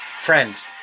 Friends